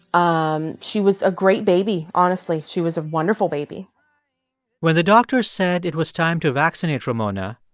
um she was a great baby, honestly. she was a wonderful baby when the doctors said it was time to vaccinate ramona,